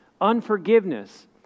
unforgiveness